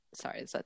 sorry